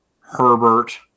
Herbert